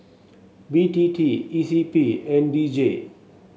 B T T E C P and D J